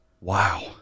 Wow